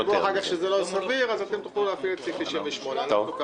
-- ואם תחשבו אחר כך שזה לא סביר תוכלו להפעיל את סעיף 98. אנחנו,